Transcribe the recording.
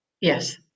Yes